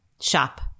shop